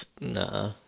nah